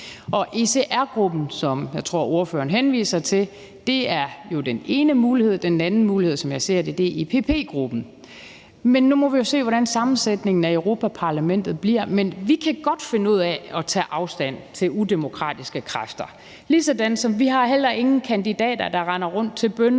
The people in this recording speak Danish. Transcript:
i. ECR-gruppen, som jeg tror ordføreren henviser til, er den ene mulighed. Den anden mulighed, som jeg ser det, er EPP-gruppen. Nu må vi jo se, hvordan sammensætningen af Europa-Parlamentet bliver. Men vi kan godt finde ud af at tage afstand fra udemokratiske kræfter. Ligesådan har vi heller ingen kandidater, der render rundt til bønnemøder